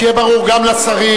שיהיה ברור גם לשרים,